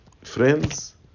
friends